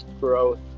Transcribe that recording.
growth